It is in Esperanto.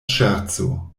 ŝerco